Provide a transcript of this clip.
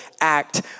act